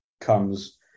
comes